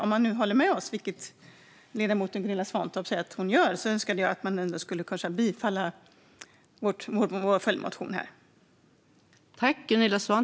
Om man nu håller med oss, vilket ledamoten Gunilla Svantorp säger att hon gör, skulle jag önska att man kunde bifalla vår följdmotion.